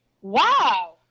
Wow